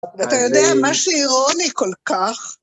אתה יודע מה שאירוני כל כך?